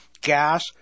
gas